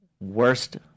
Worst